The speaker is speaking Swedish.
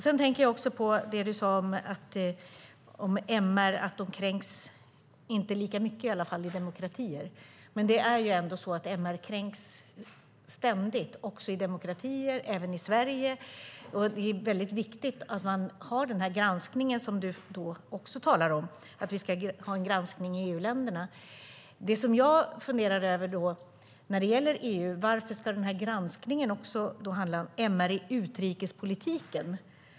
Sedan tänker jag på det du sade om MR, att de inte kränks lika mycket, i alla fall, i demokratier. Men det är ändå så att MR ständigt kränks, också i demokratier, även i Sverige. Det är viktigt att man har den här granskningen, som du också talar om. Det handlar om att vi ska ha en granskning i EU-länderna. Det som jag funderar över när det gäller EU är: Varför ska den här granskningen också handla om MR i utrikespolitiken?